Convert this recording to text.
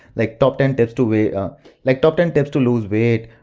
like top ten tips to weigh like top ten tips to lose weight,